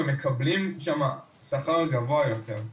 ומקבלים שם שכר גבוה יותר.